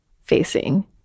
facing